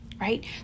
right